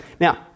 Now